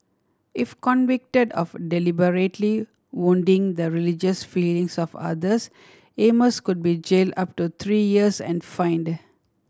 if convicted of deliberately wounding the religious feelings of others Amos could be jailed up to three years and fined